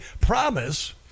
promise